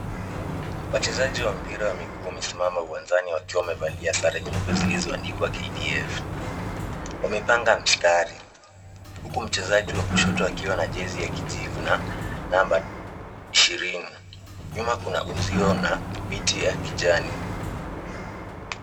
Wachezaji wa mpira wa mguu wamesimama uwanjani wakiwa wamevalia sare nyeupe zilizoandikwa KDF[cs[. Wamepanga mstari, huku mchezaji wa kushoto akiwa na jezi ya kijivu na namba ishirini. Nyuma kuna uzio na miti ya kijani.